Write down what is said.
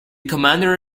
commander